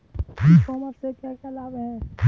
ई commerce से क्या क्या लाभ हैं?